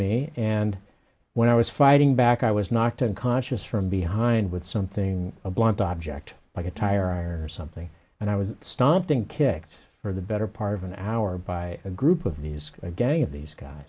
me and when i was fighting back i was knocked unconscious from behind with something a blunt object like a tire iron or something and i was stomping kicked for the better part of an hour by a group of these a gang of these guys